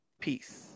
Peace